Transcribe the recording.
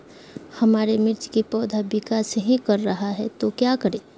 हमारे मिर्च कि पौधा विकास ही कर रहा है तो क्या करे?